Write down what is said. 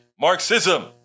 Marxism